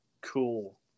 Cool